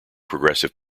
progressive